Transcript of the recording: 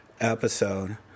episode